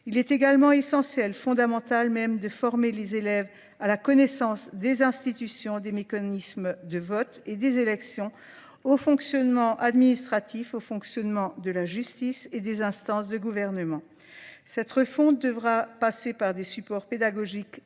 Il est également essentiel, fondamental même, de former les élèves à la connaissance des institutions, des mécanismes de vote et des élections, au fonctionnement administratif, au fonctionnement de la justice et des instances de gouvernement. Cette refonte devra passer par des supports pédagogiques repensés,